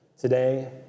Today